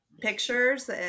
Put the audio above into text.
pictures